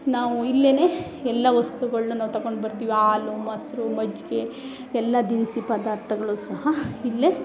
ನಾವು ಇಲ್ಲೇ ಎಲ್ಲ ವಸ್ತುಗಳನ್ನು ನಾವು ತಗೊಂಡು ಬರ್ತಿವಿ ಹಾಲು ಮೊಸ್ರು ಮಜ್ಜಿಗೆ ಎಲ್ಲ ದಿನಸಿ ಪದಾರ್ಥಗಳು ಸಹ ಇಲ್ಲೇ